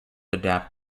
adapt